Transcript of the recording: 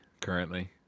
currently